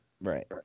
Right